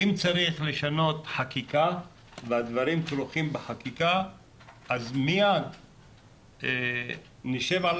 אם צריך לשנות חקיקה והדברים כרוכים בחקיקה אז מיד נשב על